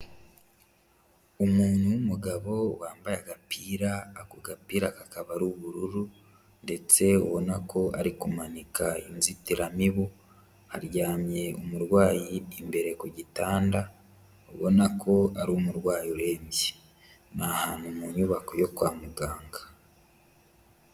Umuntu w'umugabo wambaye agapira ako gapira akaba ari ubururu, ndetse ubona ko ari kumanika inzitiramibu, haryamye umurwayi imbere ku gitanda, ubona ko ari umurwayi urembye, ni ahantu mu nyubako yo kwa muganga.